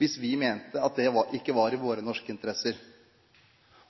hvis vi mente at det ikke var i norsk interesse.